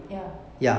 ya